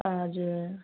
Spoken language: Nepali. हजुर